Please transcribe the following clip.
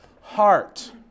heart